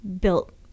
built